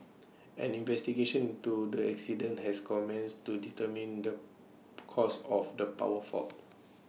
an investigation into the accident has commenced to determine the cause of the power fault